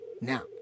Now